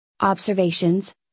observations